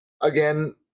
Again